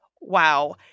wow